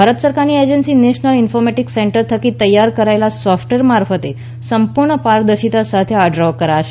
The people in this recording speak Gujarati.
ભારત સરકારની એજન્સી નેશનલ ઇન્ફોમેટીક સેન્ટર થકી તૈયાર કરાયેલા સોફ્ટવેર મારફતે સંપૂર્ણ પારદર્શિતા સાથે આ ડ્રો કરાશે